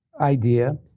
idea